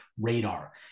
radar